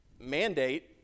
mandate